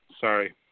sorry